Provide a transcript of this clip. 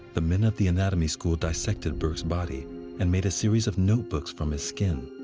the men at the anatomy school dissected burke's body and made a series of notebooks from his skin.